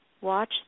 Watch